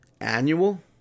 annual